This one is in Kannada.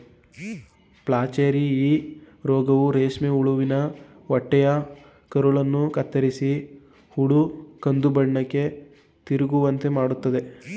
ಪ್ಲಾಚೆರಿ ಈ ರೋಗವು ರೇಷ್ಮೆ ಹುಳುವಿನ ಹೊಟ್ಟೆಯ ಕರುಳನ್ನು ಕತ್ತರಿಸಿ ಹುಳು ಕಂದುಬಣ್ಣಕ್ಕೆ ತಿರುಗುವಂತೆ ಮಾಡತ್ತದೆ